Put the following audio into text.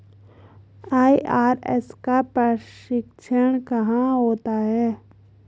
IRS का प्रशिक्षण कहाँ होता है?